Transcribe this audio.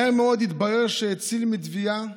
מהר מאוד התברר שהציל מטביעה